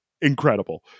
incredible